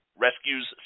rescues